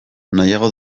nahiago